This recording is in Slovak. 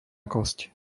kosť